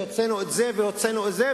הוצאנו את זה והוצאנו את זה,